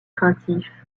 craintif